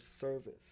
service